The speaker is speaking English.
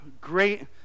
great